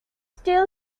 still